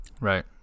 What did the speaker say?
Right